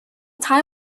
time